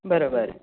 बरोबर